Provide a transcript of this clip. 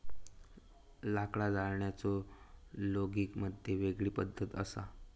लाकडा जाळण्याचो लोगिग मध्ये वेगळी पद्धत असा